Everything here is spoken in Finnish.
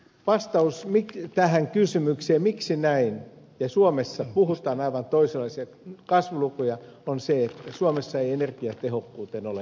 vastaus tähän kysymykseen miksi näin ja suomessa puhutaan aivan toisenlaisista kasvuluvuista on se että suomessa ei energiatehokkuuteen ole panostettu